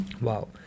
Wow